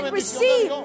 receive